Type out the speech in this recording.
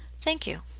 thank you.